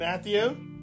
Matthew